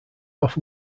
off